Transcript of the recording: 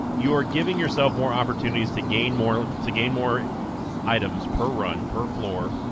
you are giving yourself more opportunities to gain more to gain more items per run per floor